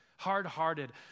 hard-hearted